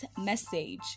message